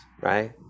right